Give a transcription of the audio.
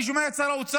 אני שומע את שר האוצר